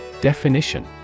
Definition